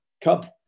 come